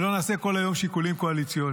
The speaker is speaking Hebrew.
ולא נעשה כל היום שיקולים קואליציוניים.